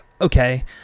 okay